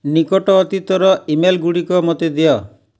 ନିକଟ ଅତୀତର ଇମେଲଗୁଡ଼ିକ ମୋତେ ଦିଅ